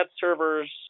servers